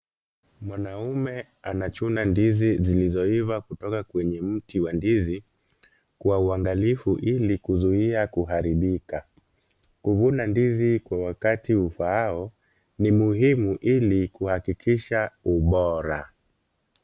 Mwanaume anachuna ndizi zilizoiva kutoka kwenye mti wa ndizi, kwa uangalifu ili kuzuia kuharibika. Kuvuna ndizi kwa wakati ufaao ni muhimu ili kuhakikisha ubora.